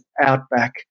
outback